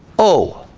oh,